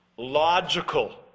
logical